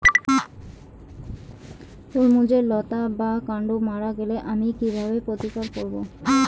তরমুজের লতা বা কান্ড মারা গেলে আমি কীভাবে প্রতিকার করব?